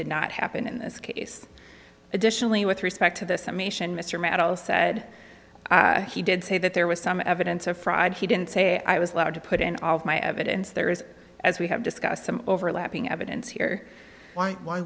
did not happen in this case additionally with respect to the summation mr madoff said he did say that there was some evidence of fraud he didn't say i was allowed to put in all of my evidence there is as we have discussed some overlapping evidence here why